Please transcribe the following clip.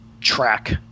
track